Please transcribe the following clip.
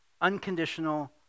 unconditional